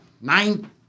nine